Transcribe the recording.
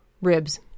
ribs